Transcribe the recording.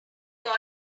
got